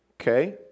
Okay